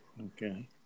Okay